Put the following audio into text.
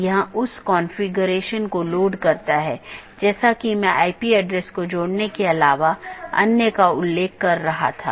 जब एक BGP स्पीकरों को एक IBGP सहकर्मी से एक राउटर अपडेट प्राप्त होता है तो प्राप्त स्पीकर बाहरी साथियों को अपडेट करने के लिए EBGP का उपयोग करता है